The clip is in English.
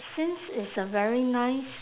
since it's a very nice